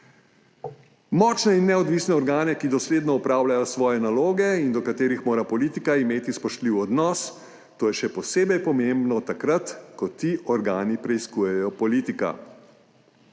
močne in neodvisne organe, ki dosledno opravljajo svoje naloge in do katerih mora politika imeti spoštljiv odnos, to je še posebej pomembno takrat, ko ti organi preiskujejo politika.